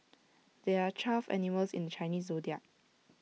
there are twelve animals in the Chinese Zodiac